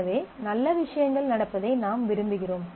எனவே நல்ல விஷயங்கள் நடப்பதை நாம் விரும்புகிறோம்